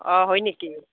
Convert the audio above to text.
অঁ হয় নেকি